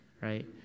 right